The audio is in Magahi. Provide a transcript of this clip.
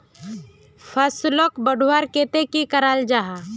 फसलोक बढ़वार केते की करा जाहा?